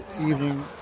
evening